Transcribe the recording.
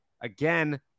again